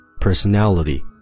personality